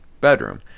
bedroom